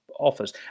offers